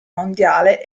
mondiale